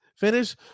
Finish